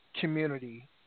community